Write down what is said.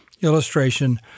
illustration